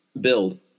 build